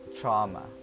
trauma